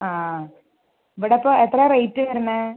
ആ ആ ഇവിടെ അപ്പം എത്രയാ റേറ്റ് വരുന്നത്